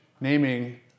naming